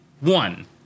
one